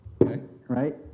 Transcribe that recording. right